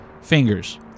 Fingers